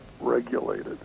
regulated